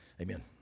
Amen